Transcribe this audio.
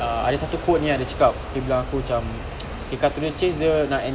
uh ada satu quote ni dia cakap dia bilang aku cam okay cut to the chase dia nak end